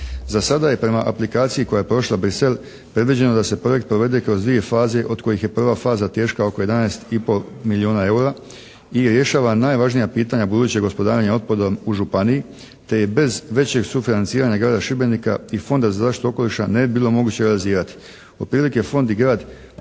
Za sada je prema aplikaciji koja je prošla Bruxelles predviđeno da se projekt provede kroz dvije faze od kojih je prva faza teška oko 11 i pol milijuna EUR-a i rješava najvažnija pitanja budućeg gospodarenja otpadom u županiji te je bez većeg sufinanciranja grada Šibenika i Fonda za zaštitu okoliša ne bi bilo moguće realizirati.